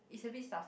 it's a bit stuffy